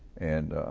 and